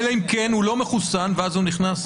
אלא אם כן הוא לא מחוסן ואז הוא נכנס.